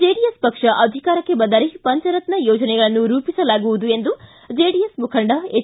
JDS ಪಕ್ಷ ಅಧಿಕಾರಕ್ಷ ಬಂದರೆ ಪಂಚರತ್ನ ಯೋಜನೆಗಳನ್ನು ರೂಪಿಸಲಾಗುವುದು ಎಂದು ಜೆಡಿಎಸ್ ಮುಖಂಡ ಹೆಚ್